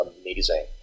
amazing